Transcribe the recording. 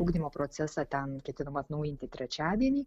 ugdymo procesą ten ketinama atnaujinti trečiadienį